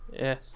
Yes